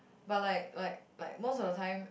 but like like like most of the time